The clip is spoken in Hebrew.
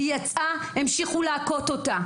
היא יצאה, המשיכו להכות אותה.